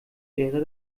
wäre